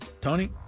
Tony